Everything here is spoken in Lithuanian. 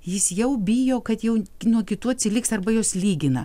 jis jau bijo kad jau nuo kitų atsiliks arba juos lygina